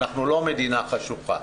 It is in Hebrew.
אנחנו לא מדינה חשוכה,